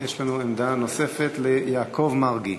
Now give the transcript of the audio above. יש לנו, עמדה נוספת ליעקב מרגי.